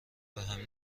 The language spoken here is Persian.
بهم